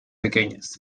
pequeñas